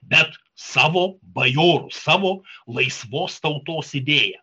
bet savo bajorų savo laisvos tautos idėją